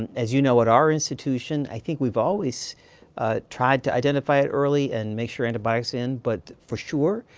and as you know, at our institution, i think we've always tried to identify it early and make sure antibiotics are in. but for sure,